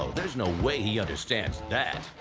there's no way he understands that.